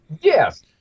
Yes